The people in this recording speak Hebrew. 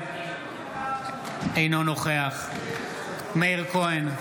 אינו נוכח מאיר כהן,